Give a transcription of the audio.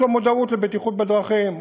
יש לו מודעות לבטיחות בדרכים.